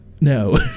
no